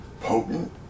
potent